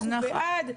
אנחנו בעד,